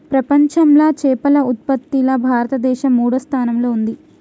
ప్రపంచంలా చేపల ఉత్పత్తిలా భారతదేశం మూడో స్థానంలా ఉంది